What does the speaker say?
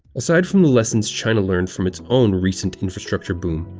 aside from the lessons china learned from its own recent infrastructure boom,